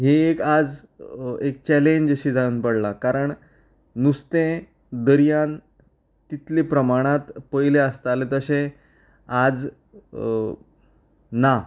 ही एक आज एक चॅलेंज अशी जावन पडला कारण नुस्तें दर्यान तितले प्रमाणात पयलीं आसतालें तशें आज ना